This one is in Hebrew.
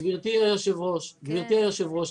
גברתי יושבת הראש,